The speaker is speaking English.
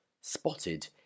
spotted